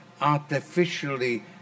artificially